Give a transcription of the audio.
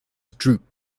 droop